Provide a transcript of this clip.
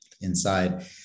inside